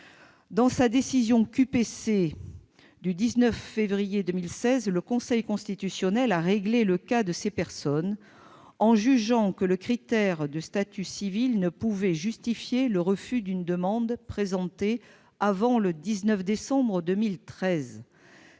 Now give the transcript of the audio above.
Dans sa décision QPC du 19 février 2016, le Conseil constitutionnel a réglé le cas de ces personnes, en jugeant que le critère de statut civil ne pouvait justifier le refus d'une demande présentée avant le 19 décembre 2013.